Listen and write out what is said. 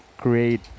Create